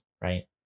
right